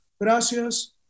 gracias